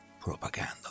propaganda